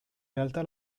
realtà